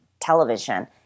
television